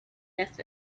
left